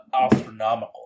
astronomical